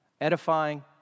edifying